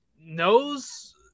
knows